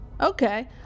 Okay